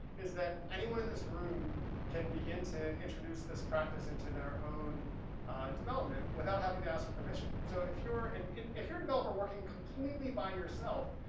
is that anyone in this room can begin to introduce this practice into their own development without having to ask permission. so, if you're and a if you're a developer working completely by yourself,